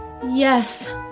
Yes